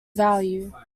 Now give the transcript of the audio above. value